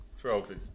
Trophies